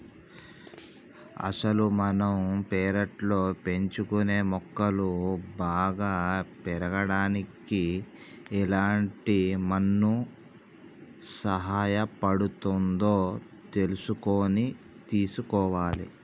అసలు మనం పెర్లట్లో పెంచుకునే మొక్కలు బాగా పెరగడానికి ఎలాంటి మన్ను సహాయపడుతుందో తెలుసుకొని తీసుకోవాలి